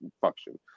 function